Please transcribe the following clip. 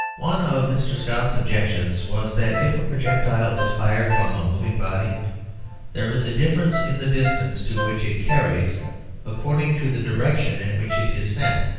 one of mr. scott's objections was that if a projectile is fired from a moving body there is a difference in the distance to which it carries according to the direction in which it is sent.